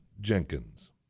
Jenkins